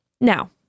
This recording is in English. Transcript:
Now